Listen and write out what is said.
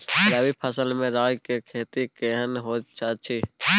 रबी फसल मे राई के खेती केहन होयत अछि?